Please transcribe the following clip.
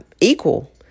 equal